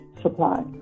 supply